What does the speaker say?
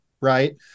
Right